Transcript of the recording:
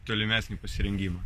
tolimesnį pasirengimą